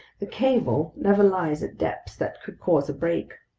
the cable never lies at depths that could cause a break.